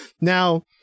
Now